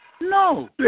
No